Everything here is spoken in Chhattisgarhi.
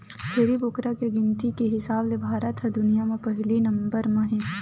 छेरी बोकरा के गिनती के हिसाब ले भारत ह दुनिया म पहिली नंबर म हे